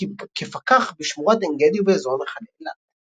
כפקח בשמורת עין גדי ובאזור נחלי אילת.